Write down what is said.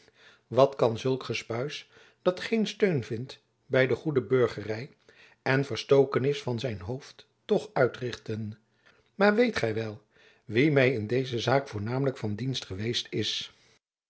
wat kan zulk gespuis dat geen steun vindt by de goede burgery en verstoken is van zijn hoofd toch uitrichten maar weet gy wel wie my in deze zaak voornamelijk van dienst geweest is